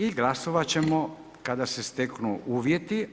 I glasovati ćemo kada se steknu uvjeti.